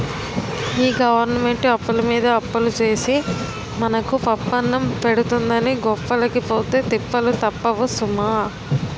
ఈ గవరమెంటు అప్పులమీద అప్పులు సేసి మనకు పప్పన్నం పెడతందని గొప్పలకి పోతే తిప్పలు తప్పవు సుమా